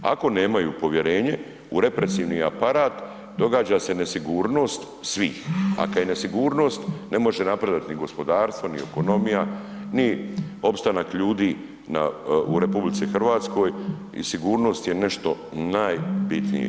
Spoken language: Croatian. Ako nemaju povjerenje u represivni aparat događa se nesigurnost svih, a kad je nesigurnost ne može napredovati ni gospodarstvo, ni ekonomija, ni opstanaka ljudi u RH i sigurnost je nešto najbitnije.